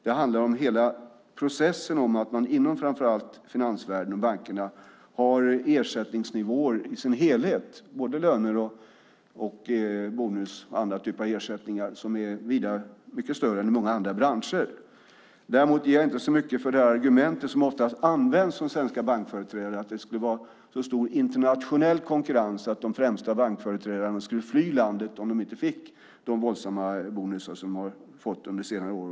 Det handlar om hela processen, att man inom framför allt finansvärlden och bankerna har ersättningsnivåer i sin helhet, både löner, bonus och andra typer av ersättningar, som är vida större än i många andra branscher. Jag ger inte så mycket för det argument som ofta används om svenska bankföreträdare att det skulle vara så stor internationell konkurrens att de främsta bankföreträdarna skulle fly landet om de inte fick de våldsamma bonusar som de har fått under senare år.